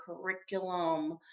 curriculum